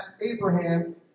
Abraham